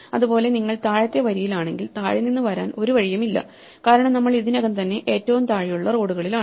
അതുപോലെ നിങ്ങൾ താഴത്തെ വരിയിലാണെങ്കിൽ താഴെ നിന്ന് വരാൻ ഒരു വഴിയുമില്ല കാരണം നമ്മൾ ഇതിനകം തന്നെ ഏറ്റവും താഴെയുള്ള റോഡുകളിലാണ്